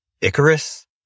Icarus